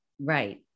Right